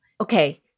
Okay